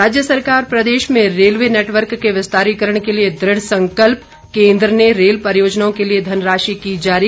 राज्य सरकार प्रदेश में रेलवे नेटवर्क के विस्तारीकरण के लिए दृढ़ संकल्प केन्द्र ने रेल परियोजनाओं के लिए धनराशि की जारी